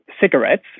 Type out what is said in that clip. cigarettes